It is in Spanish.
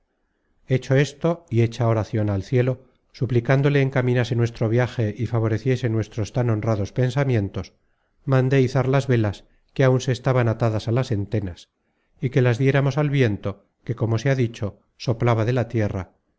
hecho esto y hecha oracion al cielo suplicándole encaminase nuestro viaje y favoreciese nuestros tan honrados pensamientos mandé izar las velas que áun se estaban atadas á las entenas y que las diéramos al viento que como se ha dicho soplaba de la tierra